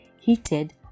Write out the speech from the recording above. heated